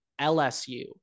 LSU